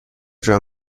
جام